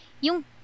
yung